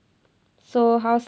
so how's